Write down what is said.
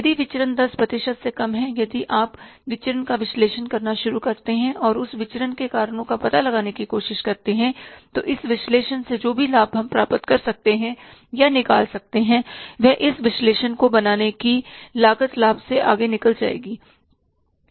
यदि विचरण 10 प्रतिशत से कम है यदि आप विचरण का विश्लेषण करना शुरू करते हैं और उस विचरण के कारणों का पता लगाने की कोशिश करते हैं तो इस विश्लेषण से जो भी लाभ हम प्राप्त कर सकते हैं या निकाल सकते हैं वह इस विश्लेषण को बनाने की लागत लाभ से आगे निकल जाएगी